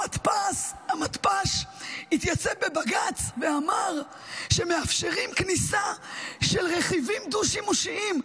המתפ"ש התייצב בבג"ץ ואמר שמאפשרים כניסה של רכיבים דו-שימושיים,